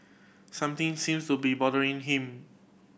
something seems to be bothering him